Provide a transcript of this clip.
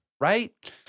right